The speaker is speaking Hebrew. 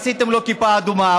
עשיתם לו כיפה אדומה.